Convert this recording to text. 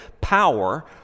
power